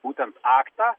būtent aktą